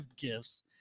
gifts